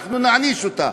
אנחנו נעניש אותה.